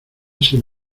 sin